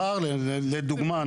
פער לדוגמה,